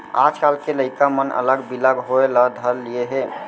आजकाल के लइका मन अलग बिलग होय ल धर लिये हें